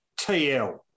TL